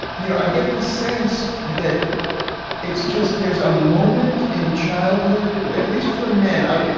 you know, i get the sense that it's just, there's a moment in childhood at least for men. i,